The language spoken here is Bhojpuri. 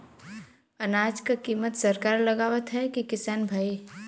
अनाज क कीमत सरकार लगावत हैं कि किसान भाई?